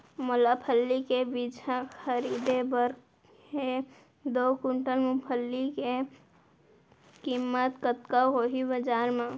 मोला फल्ली के बीजहा खरीदे बर हे दो कुंटल मूंगफली के किम्मत कतका होही बजार म?